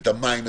את המים,